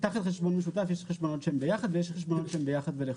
תחת חשבון משותף יש חשבונות שהם ביחד ויש חשבונות שהם ביחד ולחוד.